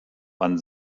wann